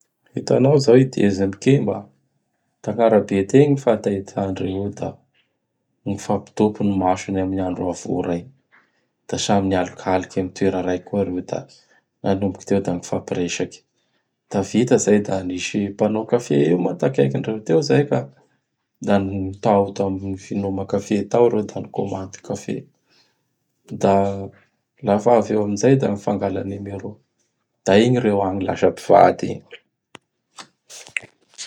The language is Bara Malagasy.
Hitanao zao i Dezy am Kemba. Tagnarabe tegny gn fataitandreo io da mifapitopy gny masony am andro avy ora igny. Da samy mialokaloky am toera raiky koa reo da nanomboky teo da nifampiresaky. Da vita zay da nisy mpanao café io moa takaikindreo teo zay ka; da n tao tam gn finoma café tao reo da nikomandy café; da lafa avy eo am zay da nifangala nimero. Da igny reo agny lasa mpivady igny.